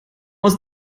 aus